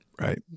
Right